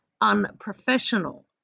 unprofessional